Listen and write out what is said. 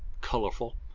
colorful